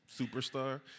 superstar